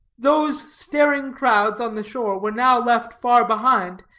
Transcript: those staring crowds on the shore were now left far behind,